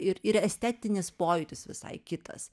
ir ir estetinis pojūtis visai kitas